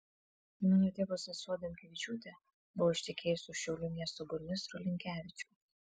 mano tėvo sesuo adamkavičiūtė buvo ištekėjusi už šiaulių miesto burmistro linkevičiaus